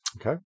okay